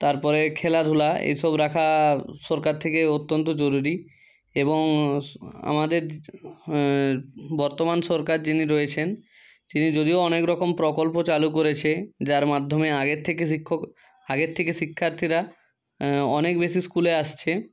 তারপরে খেলাধূলা এইসব রাখা সরকার থেকে অত্যন্ত জরুরি এবং আমাদের বর্তমান সরকার যিনি রয়েছেন তিনি যদিও অনেকরকম প্রকল্প চালু করেছে যার মাধ্যমে আগের থেকে শিক্ষক আগের থেকে শিক্ষার্থীরা অনেক বেশি স্কুলে আসছে